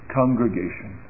congregation